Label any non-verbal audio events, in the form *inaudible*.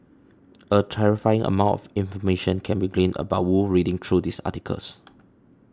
*noise* a terrifying amount of information can be gleaned about Wu reading through these articles